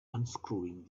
unscrewing